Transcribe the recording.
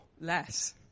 less